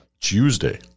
Tuesday